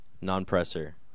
Non-presser